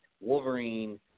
Wolverine